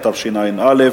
התשע"א